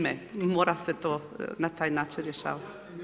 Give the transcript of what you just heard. Mora se to na taj način rješavati.